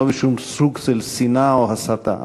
לא בשביל שום סוג של שנאה או הסתה.